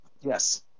Yes